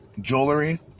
jewelry